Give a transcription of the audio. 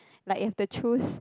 like if you had to choose